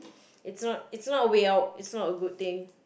it's not it's not a way out it's not a good thing